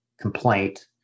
complaint